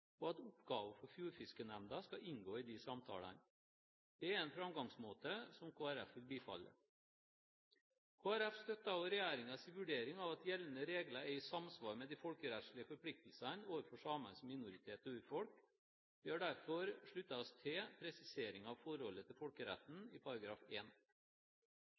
og at oppgaver for fjordfiskenemnda skal inngå i disse samtalene. Det er en framgangsmåte som Kristelig Folkeparti vil bifalle. Kristelig Folkeparti støtter også regjeringens vurdering av at gjeldende regler er i samsvar med de folkerettslige forpliktelsene overfor samene som minoritet og urfolk. Vi har derfor sluttet oss til presiseringen av forholdet til folkeretten i